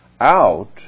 out